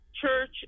church